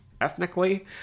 ethnically